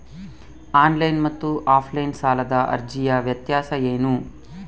Online ಮತ್ತು offline ಸಾಲದ ಅರ್ಜಿಯ ವ್ಯತ್ಯಾಸ ಏನು?